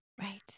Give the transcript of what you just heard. right